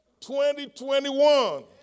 2021